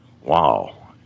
Wow